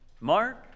Mark